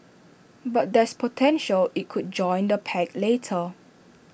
but there's potential IT could join the pact later